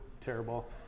terrible